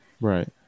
right